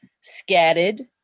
scattered